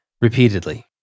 repeatedly